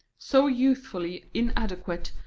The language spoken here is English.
so youthfully inadequate,